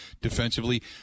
defensively